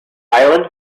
island